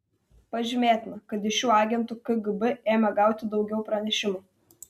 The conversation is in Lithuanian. pažymėtina kad iš šių agentų kgb ėmė gauti daugiau pranešimų